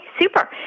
super